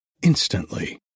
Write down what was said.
Instantly